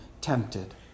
tempted